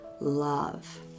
love